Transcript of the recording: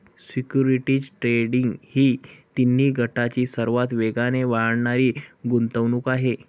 securities trading ही तिन्ही गटांची सर्वात वेगाने वाढणारी गुंतवणूक आहे